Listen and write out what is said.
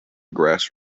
grass